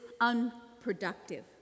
unproductive